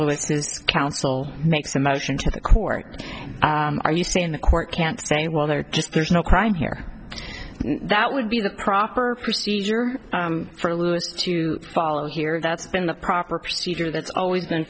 r counsel makes a motion to the court are you saying the court can't say well they're just there's no crime here that would be the proper procedure for lewis to follow here that's been the proper procedure that's always been